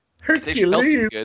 Hercules